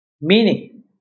Meaning